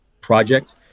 project